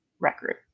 record